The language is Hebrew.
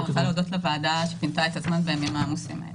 אני רוצה להודות לוועדה שפינתה את הזמן בימים העמוסים האלה.